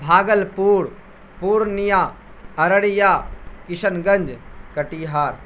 Bhagalpur Purnia Araria Kishanganj Katihar